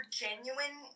genuine